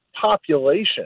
population